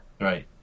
Right